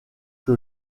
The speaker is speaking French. que